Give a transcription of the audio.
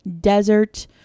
Desert